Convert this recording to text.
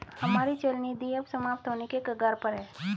हमारी चल निधि अब समाप्त होने के कगार पर है